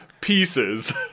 pieces